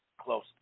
close